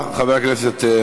תודה רבה, חבר הכנסת מלכיאלי.